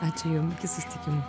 ačiū jum iki susitikimų